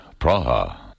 Praha